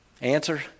Answer